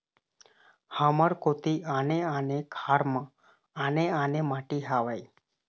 हमर कोती आने आने खार म आने आने माटी हावे?